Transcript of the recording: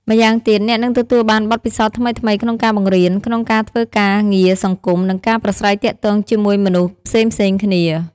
ម្យ៉ាងទៀតអ្នកនឹងទទួលបានបទពិសោធន៍ថ្មីៗក្នុងការបង្រៀន ក្នុងការធ្វើការងារសង្គម និងការប្រាស្រ័យទាក់ទងជាមួយមនុស្សផ្សេងៗគ្នា។